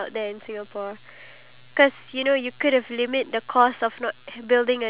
the people who are going to shop and spend in that shopping mall aren't the elderly